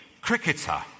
Cricketer